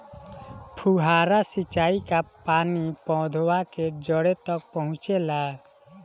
फुहारा सिंचाई का पानी पौधवा के जड़े तक पहुचे ला?